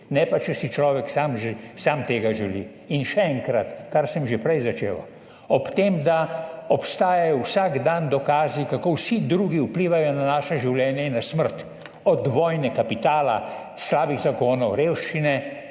ne pa če si človek sam tega želi. In še enkrat, kar sem že prej začel, ob tem, da obstajajo vsak dan dokazi, kako vsi drugi vplivajo na naše življenje in na smrt, od vojne, kapitala, slabih zakonov, revščine